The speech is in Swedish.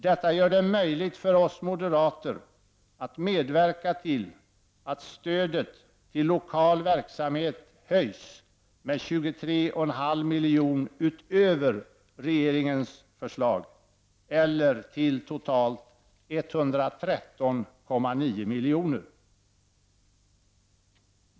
Detta gör det möjligt för oss moderater att medverka till att stödet till lokal verksamhet höjs med 23,5 milj.kr. utöver regeringens förslag, eller till totalt 113,9 miljoner.